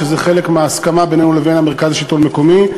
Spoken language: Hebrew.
שזה חלק מההסכמה בינינו לבין מרכז השלטון המקומי.